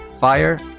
fire